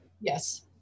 Yes